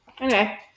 Okay